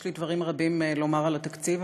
יש לי דברים רבים לומר על התקציב,